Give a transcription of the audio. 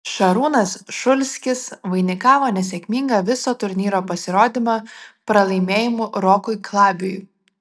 šarūnas šulskis vainikavo nesėkmingą viso turnyro pasirodymą pralaimėjimu rokui klabiui